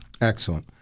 Excellent